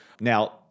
Now